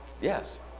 Yes